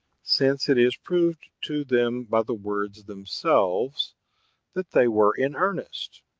since it is proved to them by the words themselves that they were in earnest.